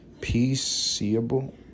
peaceable